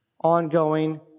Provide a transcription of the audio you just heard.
ongoing